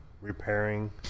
repairing